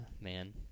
man